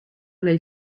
nel